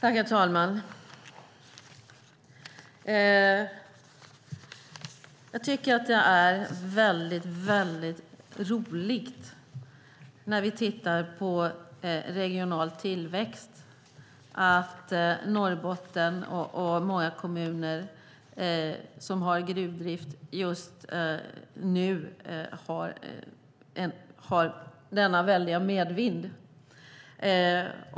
Herr talman! Jag tycker verkligen att det är roligt, när vi tittar på regional tillväxt, att Norrbotten och många kommuner som har gruvdrift just nu har denna väldiga medvind.